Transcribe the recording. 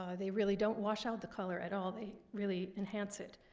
um they really don't wash out the color at all. they really enhance it.